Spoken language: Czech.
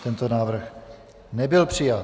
Tento návrh nebyl přijat.